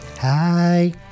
Hi